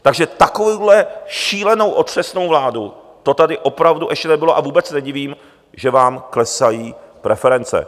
Takže takovouhle šílenou, otřesnou vládu, to tady opravdu ještě nebylo a vůbec se nedivím, že vám klesají preference.